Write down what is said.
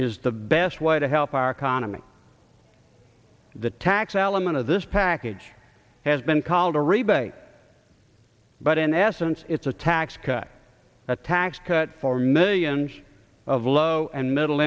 is the best way to help our economy the tax element of this package has been called a rebate but in essence it's a tax cut a tax cut for millions of low and middle